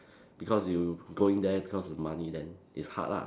because you going there because of money then it's hard lah